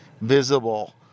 visible